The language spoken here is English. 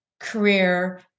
Career